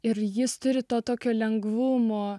ir jis turi tą tokio lengvumo